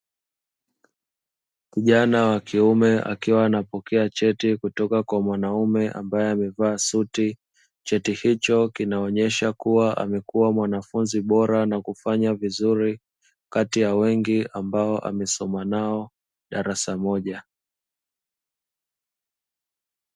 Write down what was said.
Kijana wa kiume akiwa anapokea cheti kutoka kwa mwanaume ambaye amevaa suti, cheti hicho kinaonyesha kuwa amekuwa mwanafunzi bora na kufanya vizuri kati ya wengi, ambao amesoma nao darasa moja.